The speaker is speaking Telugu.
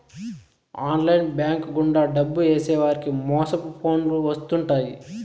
ఆన్లైన్ బ్యాంక్ గుండా డబ్బు ఏసేవారికి మోసపు ఫోన్లు వత్తుంటాయి